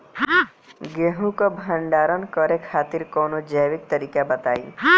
गेहूँ क भंडारण करे खातिर कवनो जैविक तरीका बताईं?